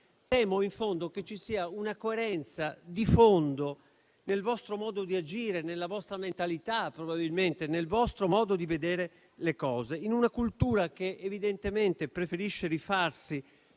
Temo che ci sia una coerenza di fondo nel vostro modo di agire, nella vostra mentalità, nel vostro modo di vedere le cose, in una cultura che evidentemente preferisce rifarsi